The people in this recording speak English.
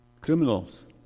criminals